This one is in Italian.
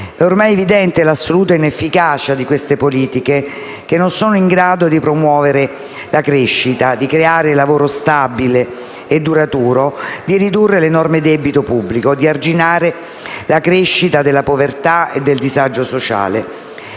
È ormai evidente l'assoluta inefficacia di queste politiche che non sono in grado di promuovere la crescita, creare lavoro stabile e duraturo, ridurre l'enorme debito pubblico e arginare la crescita della povertà e del disagio sociale.